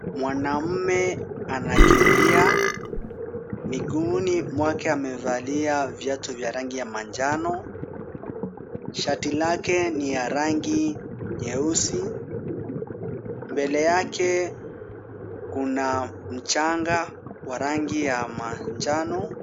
Mwanamume anakimbia. Miguuni mwake amevalia viatu vya rangi ya manjano, shati lake ni la rangi nyeusi. Mbele yake kuna mchanga wa rangi ya manjano.